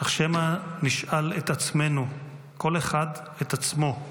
אך שמא נשאל את עצמנו, כל אחד את עצמו: